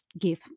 give